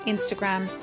Instagram